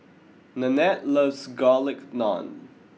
Nanette loves Garlic Naan